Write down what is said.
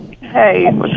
Hey